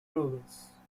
province